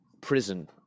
prison